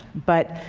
but,